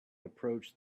approached